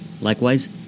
Likewise